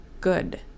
good